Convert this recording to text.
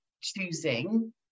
choosing